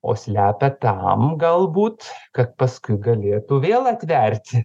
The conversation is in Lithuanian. o slepia tam galbūt kad paskui galėtų vėl atverti